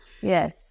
yes